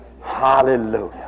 Hallelujah